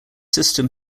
system